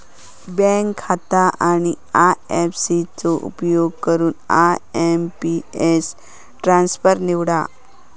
bank खाता आणि IFC चो उपयोग करून आय.एम.पी.एस ट्रान्सफर निवडा